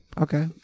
Okay